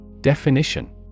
Definition